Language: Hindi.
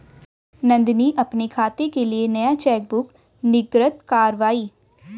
नंदनी अपने खाते के लिए नया चेकबुक निर्गत कारवाई